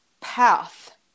path